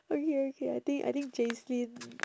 okay okay I think I think jacelyn